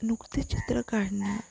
नुकते चित्र काढणं